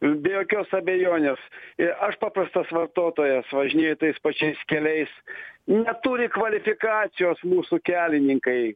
be jokios abejonės aš paprastas vartotojas važinėju tais pačiais keliais neturi kvalifikacijos mūsų kelininkai